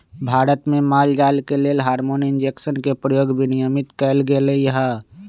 भारत में माल जाल के लेल हार्मोन इंजेक्शन के प्रयोग विनियमित कएल गेलई ह